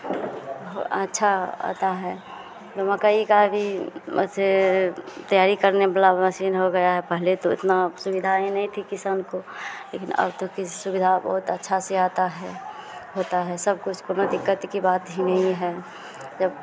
हो अच्छा होता है नु मकई का भी वैसे तैयारी करने वला मशीन हो गया है पहले तो इतना सुविधा ही नहीं थी किसान को लेकिन अब तो किस सुविधाओं को बहुत अच्छा से आता है होता है सब कुछ कोनो दिक्कत की बात ही नहीं है